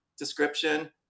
description